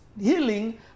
healing